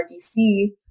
RDC